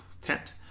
tent